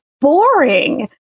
boring